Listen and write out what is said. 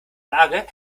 lage